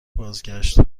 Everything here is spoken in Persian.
بازگشت